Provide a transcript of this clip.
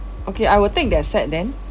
okay I will take that set then